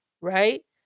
right